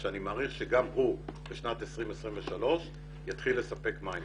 אני מעריך שגם הוא בשנת 2023 יתחיל לספק מים.